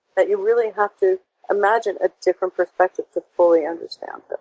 but you really have to imagine a different perspective to fully understand.